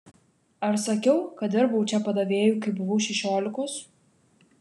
ar sakiau kad dirbau čia padavėju kai buvau šešiolikos